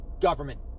government